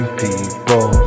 people